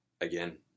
Again